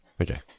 Okay